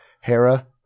Hera